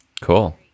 cool